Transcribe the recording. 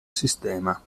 sistema